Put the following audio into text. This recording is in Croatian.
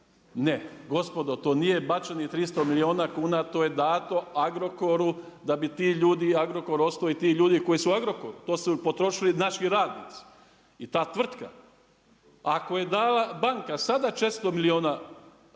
Ne, gospodo, to nije bačenih 300 milijuna kuna, to je dato Agrokoru da bi ti ljudi i Agrokor ostao i ti ljudi koji su u Agrokoru, to su potrošili naši radnici. I ta tvrtka. Ako je dala banka sada 400 milijuna